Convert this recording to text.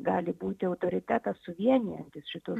gali būti autoritetas suvienijantis šituos